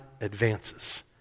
advances